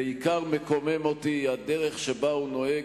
בעיקר מקוממת אותי הדרך שבה הוא נוהג